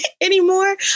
anymore